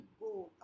go